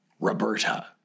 Roberta